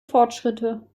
fortschritte